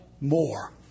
more